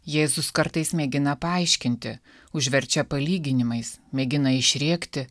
jėzus kartais mėgina paaiškinti užverčia palyginimais mėgina išrėkti